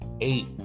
eight